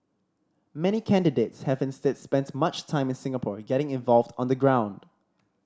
many candidates have instead spent much time in Singapore getting involved on the ground